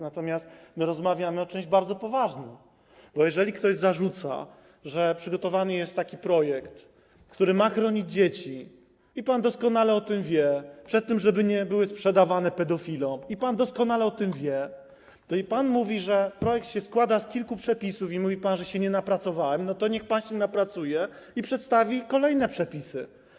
Natomiast my rozmawiamy o czymś bardzo poważnym, bo jeżeli ktoś zarzuca, że przygotowany jest taki projekt, który ma chronić dzieci, i pan doskonale o tym wie, przed tym, żeby nie były sprzedawane pedofilom, i pan mówi, że projekt składa się z kilku przepisów i że się nie napracowałem, to niech pan się napracuje i przedstawi kolejne przepisy.